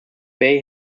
bay